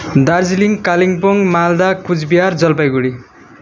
Darjeeling Kalimpong Malda Cooch Behar Jalpaiguri